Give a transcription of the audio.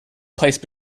placed